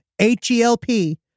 H-E-L-P